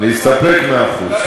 להסתפק, להסתפק, מאה אחוז.